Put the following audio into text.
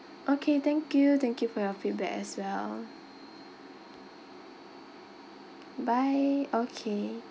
okay thank you thank you for your feedback as well bye okay